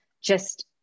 just-